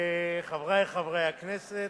חברי חברי הכנסת,